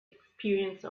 experience